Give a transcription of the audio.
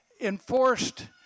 enforced